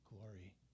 glory